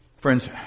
Friends